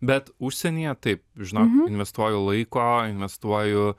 bet užsienyje taip žinok investuoju laiko investuoju